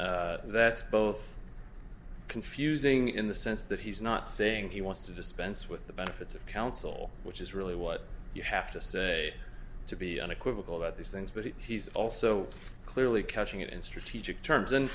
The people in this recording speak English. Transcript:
that's both confusing in the sense that he's not saying he wants to dispense with the benefits of counsel which is really what you have to say to be unequivocal about these things but he's also clearly catching it in strategic terms